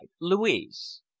Louise